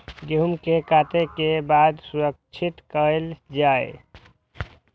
गेहूँ के काटे के बाद सुरक्षित कायल जाय?